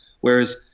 Whereas